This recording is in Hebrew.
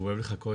שהוא אוהב לחכות